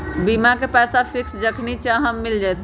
बीमा के पैसा फिक्स जखनि चाहम मिल जाएत?